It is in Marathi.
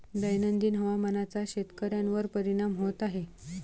दैनंदिन हवामानाचा शेतकऱ्यांवर परिणाम होत आहे